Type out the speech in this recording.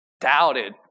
doubted